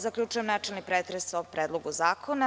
Zaključujem načelni pretres o Predlogu zakona.